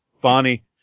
Bonnie